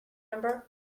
number